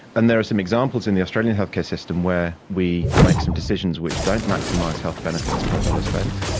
and there are some examples in the australian healthcare system where we make some decisions which don't maximise health benefits per dollar spent,